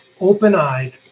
open-eyed